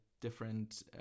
different